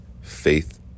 Faith